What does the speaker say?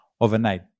overnight